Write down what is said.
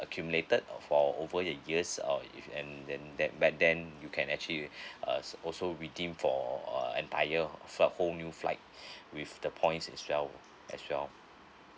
accumulated for over a years uh if and then that but then you can actually uh also redeem for uh entire whole new flight with the points as well as well